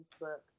facebook